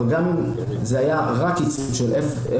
אבל גם אם זה היה רק קיצוץ של 0.1,